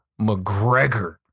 McGregor